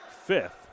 fifth